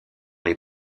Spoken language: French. les